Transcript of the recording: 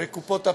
בקופות הפנסיה,